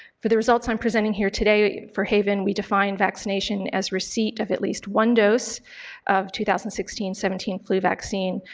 for the results i'm presenting here today for haven we define vaccination as receipt of at least one dose of two thousand and sixteen seventeen flu vaccine,